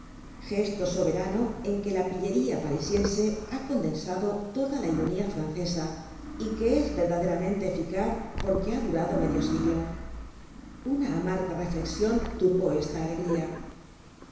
gesto soberano en que la pillería parisiense ha co ndensado toda la ironía francesa y que es verdaderamente eficaz porque ha durado medio siglo una amarga reflexion turbó esta alegría